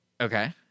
Okay